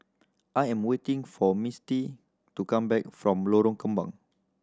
I am waiting for Misty to come back from Lorong Kembang